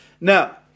Now